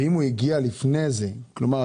כלומר,